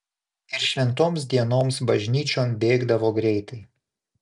ir šventoms dienoms bažnyčion bėgdavo greitai